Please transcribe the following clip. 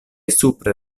supre